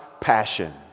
passion